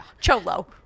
Cholo